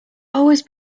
always